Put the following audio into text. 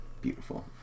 Beautiful